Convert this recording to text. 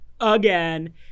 again